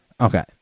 Okay